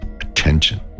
attention